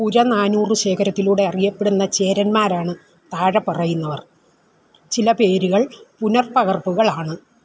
പുരനാനൂറ് ശേഖരത്തിലൂടെ അറിയപ്പെടുന്ന ചേരന്മാരാണ് താഴെ പറയുന്നവർ ചില പേരുകൾ പുനർപകർപ്പുകളാണ്